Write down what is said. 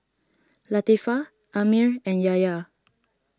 Latifa Ammir and Yahya